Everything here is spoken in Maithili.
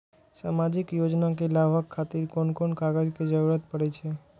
सामाजिक योजना के लाभक खातिर कोन कोन कागज के जरुरत परै छै?